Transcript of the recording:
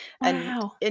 Wow